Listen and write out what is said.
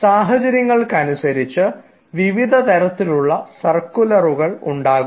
സാഹചര്യങ്ങൾക്കനുസരിച്ച് വിവിധതരത്തിലുള്ള സർക്കുലറുകൾ ഉണ്ടാകും